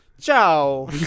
Ciao